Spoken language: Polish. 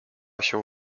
się